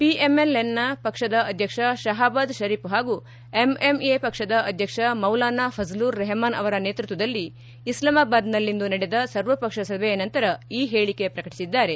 PML N ಪಕ್ಷದ ಅಧ್ಯಕ್ಷ ಷಹಬಾದ್ ಷರೀಫ್ ಹಾಗೂ ಎಂಎಂಎ ಪಕ್ಷದ ಅಧ್ಯಕ್ಷ ಮೌಲಾನ ಫಜ್ಲೂರ್ ರೆಹಮಾನ್ ಅವರ ನೇತೃತ್ವದಲ್ಲಿ ಇಸ್ಲಾಮಾಬಾದ್ನಲ್ಲಿಂದು ನಡೆದ ಸರ್ವಪಕ್ಷ ಸಭೆಯ ನಂತರ ಈ ಹೇಳಿಕೆ ಪ್ರಕಟಿಬದ್ದಾರೆ